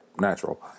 natural